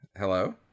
Hello